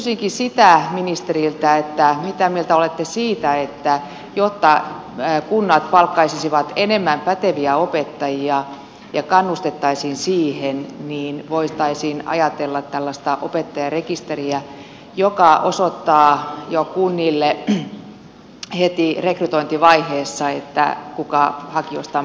kysyisinkin sitä ministeriltä mitä mieltä olette siitä että jotta kunnat palkkaisivat enemmän päteviä opettajia ja kannustettaisiin siihen voitaisiin ajatella tällaista opettajarekisteriä joka osoittaa jo kunnille heti rekrytointivaiheessa kuka hakijoista on pätevä